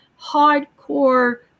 hardcore